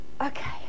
okay